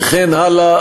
וכן הלאה,